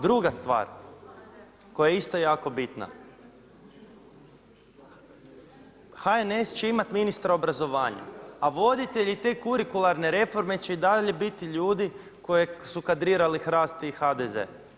Druga stvar koja je isto jako bitna, HNS će imati ministra obrazovanja, a voditelji te kurikuralne reforme će i dalje biti ljudi kojeg su kadrirali HRAST i HDZ.